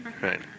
Right